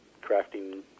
crafting